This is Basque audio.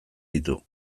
ditu